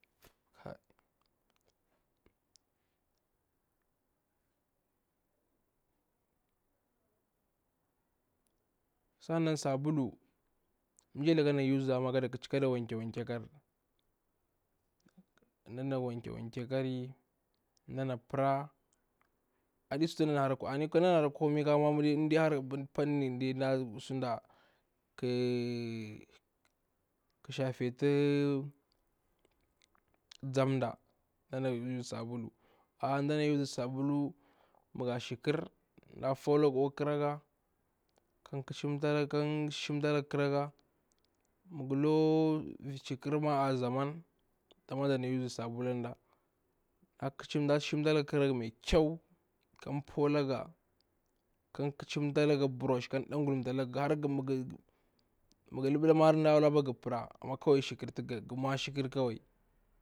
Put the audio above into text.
Sanan sabulu mji yarlaka anna use za ra kada wanke wanke, ƙakari, nda wanke wanke kari nda na para, a ɗi su tu ndana hara komai ƙakari akwa panin shatetu nza nda dana use sabulu, ndana use sabulu ma ga shi kar nda faulaga akwa ƙaraga ka nda ƙachamtalaga ka nda shimtalaga ƙaraga, ma nga lukwa vir shi kar, ar zaman, nda shimtalaga ƙaraga mai kyau, kan pulaga kada ƙachamtalaga ka brush, ma nga luɓetama nda pala aga para, amma shikar kawai.